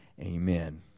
Amen